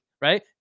right